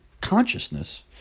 consciousness